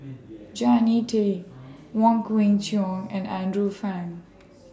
Jannie Tay Wong Kwei Cheong and Andrew Phang